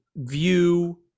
View